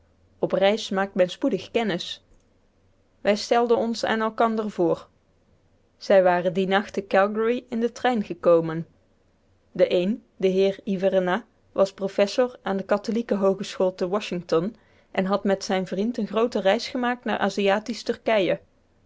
op reis maakt men spoedig kennis wij stelden ons aan elkander voor zij waren dien nacht te calgary in den trein gekomen de een de heer hyvernat was professor aan de katholieke hoogeschool te washington en had met zijn vriend eene groote reis gemaakt naar aziatisch turkije